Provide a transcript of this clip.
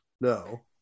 No